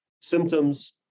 Symptoms